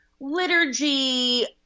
liturgy